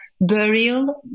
burial